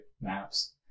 Maps